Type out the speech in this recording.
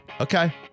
Okay